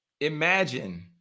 Imagine